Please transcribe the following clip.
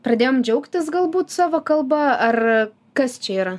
pradėjom džiaugtis galbūt savo kalba ar kas čia yra